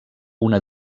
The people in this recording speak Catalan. una